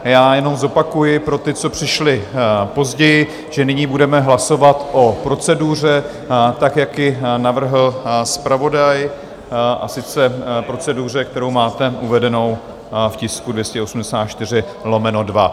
Já jenom zopakuji pro ty, co přišli později, že nyní budeme hlasovat o proceduře, tak jak ji navrhl zpravodaj, a sice proceduře, kterou máte uvedenou v tisku 284/2.